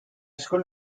school